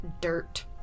dirt